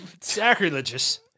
sacrilegious